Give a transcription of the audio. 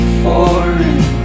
foreign